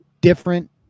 different